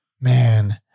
Man